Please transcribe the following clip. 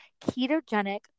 ketogenic